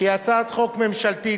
שהיא הצעת חוק ממשלתית,